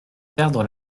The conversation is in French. perdre